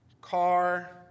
car